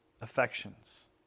Affections